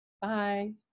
Bye